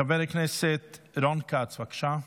חבר הכנסת רון כץ, בבקשה.